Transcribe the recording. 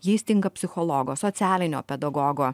jai stinga psichologo socialinio pedagogo